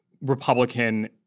Republican